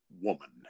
woman